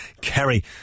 Kerry